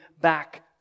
back